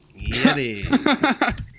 Yeti